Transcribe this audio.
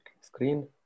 screen